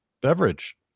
beverage